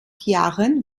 jahren